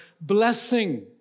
blessing